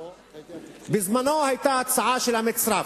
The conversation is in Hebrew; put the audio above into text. בעבר היתה הצעה של המצרף,